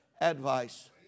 advice